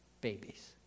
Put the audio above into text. babies